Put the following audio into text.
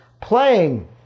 playing